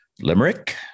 limerick